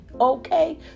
okay